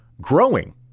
growing